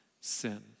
sin